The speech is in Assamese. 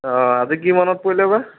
অঁ আজি কি মনত পৰিলে বা